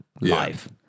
life